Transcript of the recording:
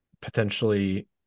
Potentially